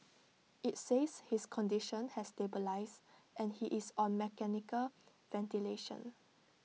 IT says his condition has stabilised and he is on mechanical ventilation